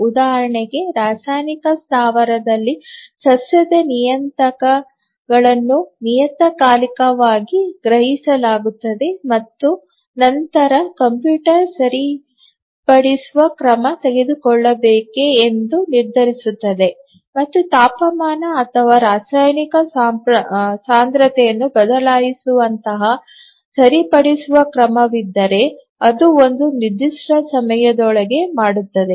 ಉದಾಹರಣೆಗೆ ರಾಸಾಯನಿಕ ಸ್ಥಾವರದಲ್ಲಿ ಸಸ್ಯದ ನಿಯತಾಂಕಗಳನ್ನು ನಿಯತಕಾಲಿಕವಾಗಿ ಗ್ರಹಿಸಲಾಗುತ್ತದೆ ಮತ್ತು ನಂತರ ಕಂಪ್ಯೂಟರ್ ಸರಿಪಡಿಸುವ ಕ್ರಮ ತೆಗೆದುಕೊಳ್ಳಬೇಕೆ ಎಂದು ನಿರ್ಧರಿಸುತ್ತದೆ ಮತ್ತು ತಾಪಮಾನ ಅಥವಾ ರಾಸಾಯನಿಕ ಸಾಂದ್ರತೆಯನ್ನು ಬದಲಾಯಿಸುವಂತಹ ಸರಿಪಡಿಸುವ ಕ್ರಮವಿದ್ದರೆ ಅದು ಒಂದು ನಿರ್ದಿಷ್ಟ ಸಮಯದೊಳಗೆ ಮಾಡುತ್ತದೆ